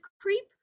creep